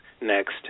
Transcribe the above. next